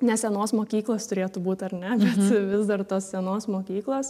ne senos mokyklos turėtų būt ar ne bet vis dar tos senos mokyklos